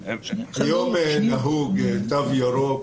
היום נהוג תו ירוק